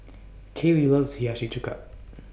Kalie loves Hiyashi Chuka